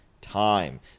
time